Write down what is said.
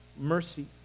mercy